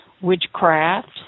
Witchcraft